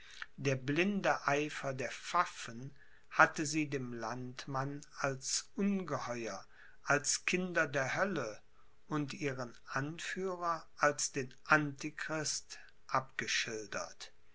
der blinde eifer der pfaffen hatte sie dem landmann als ungeheuer als kinder der hölle und ihren anführer als den antichrist abgeschildert